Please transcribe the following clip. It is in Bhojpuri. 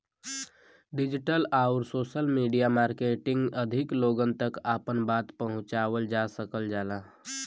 डिजिटल आउर सोशल मीडिया मार्केटिंग अधिक लोगन तक आपन बात पहुंचावल जा सकल जाला